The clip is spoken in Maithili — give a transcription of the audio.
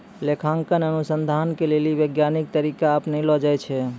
लेखांकन अनुसन्धान के लेली वैज्ञानिक तरीका अपनैलो जाय छै